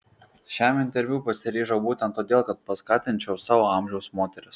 šiam interviu pasiryžau būtent todėl kad paskatinčiau savo amžiaus moteris